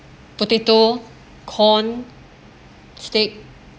potato corn steak